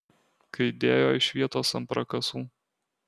kai dėjo iš vietos ant prakasų